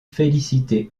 félicité